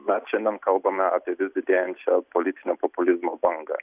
mes šiandien kalbame apie vis didėjančią politinio populizmo bangą